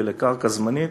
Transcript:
ולקרקע זמנית